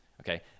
okay